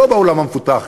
היא לא בעולם המפותח,